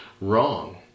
wrong